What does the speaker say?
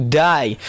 die